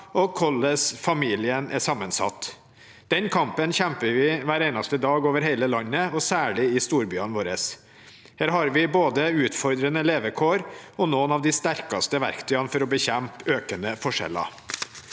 og hvordan familien er sammensatt. Den kampen kjemper vi hver eneste dag over hele landet, og særlig i storbyene våre. Her har vi både utfordrende levekår og noen av de sterkeste verktøyene for å bekjempe økende forskjeller.